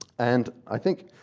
and i think,